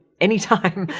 any time,